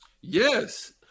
Yes